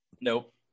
nope